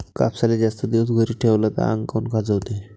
कापसाले जास्त दिवस घरी ठेवला त आंग काऊन खाजवते?